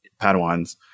Padawans